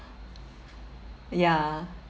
ya